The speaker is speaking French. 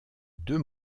deux